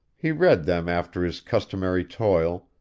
he read them after his customary toil,